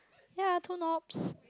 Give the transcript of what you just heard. ya two knobs